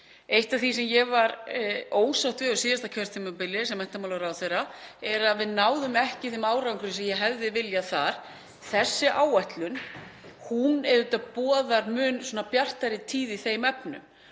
Eitt af því sem ég var ósátt við á síðasta kjörtímabili sem menntamálaráðherra er að við náðum ekki þeim árangri sem ég hefði viljað þar. Þessi áætlun boðar auðvitað mun bjartari tíð í þeim efnum